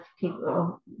people